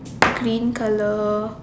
green colour